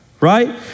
Right